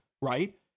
right